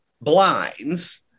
blinds